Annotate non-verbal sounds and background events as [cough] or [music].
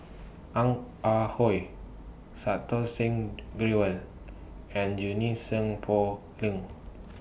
Ong Ah Hoi Santokh Singh [noise] Grewal and Junie Sng Poh Leng